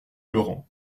laurent